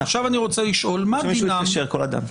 נכון, או שמישהו יתקשר, כל אדם.